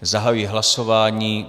Zahajuji hlasování.